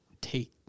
take